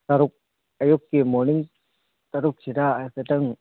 ꯇꯔꯨꯛ ꯑꯌꯨꯛꯀꯤ ꯃꯣꯔꯅꯤꯡ ꯇꯔꯨꯛꯁꯤꯗ ꯍꯥꯏꯐꯦꯠꯇꯪ